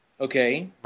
Okay